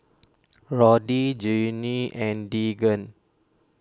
Roddy Genie and Deegan